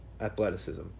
athleticism